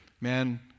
man